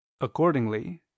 Accordingly